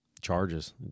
charges